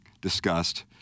discussed